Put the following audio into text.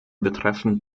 betreffend